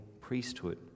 priesthood